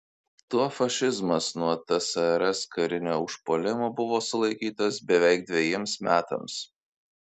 tuo fašizmas nuo tsrs karinio užpuolimo buvo sulaikytas beveik dvejiems metams